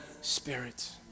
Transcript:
Spirit